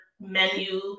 menu